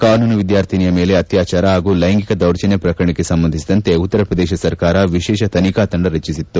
ಕಾನೂನು ವಿದ್ಯಾರ್ಥಿನಿಯ ಮೇಲೆ ಅತ್ಯಾಚಾರ ಹಾಗೂ ಲೈಗಿಂಕ ದೌರ್ಜನ್ಯ ಪ್ರಕರಣಕ್ಕೆ ಸಂಬಂಧಿಸಿದಂತೆ ಉತ್ತರಪ್ರದೇಶ ಸರ್ಕಾರ ವಿಶೇಷ ತನಿಖಾ ತಂಡ ರಚಿಸಲಾಗಿತ್ತು